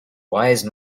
wise